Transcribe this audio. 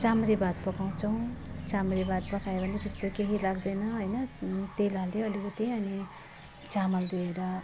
चाम्रे भात पकाउँछौँ चाम्रे भात पकायो भने त्यस्तो केही लाग्दैन हैन तेल हाल्यो अलिकति अनि चामल धोएर